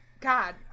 god